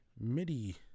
MIDI